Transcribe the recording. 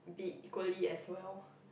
be equally as well